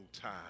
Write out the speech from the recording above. time